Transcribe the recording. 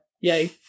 Yay